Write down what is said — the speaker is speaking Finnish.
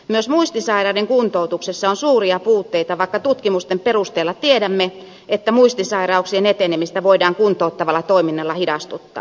myös muistisairaiden kuntoutuksessa on suuria puutteita vaikka tutkimusten perusteella tiedämme että muistisairauksien etenemistä voidaan kuntouttavalla toiminnalla hidastuttaa